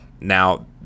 Now